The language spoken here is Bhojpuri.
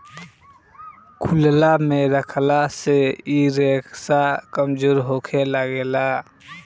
खुलला मे रखला से इ रेसा कमजोर होखे लागेला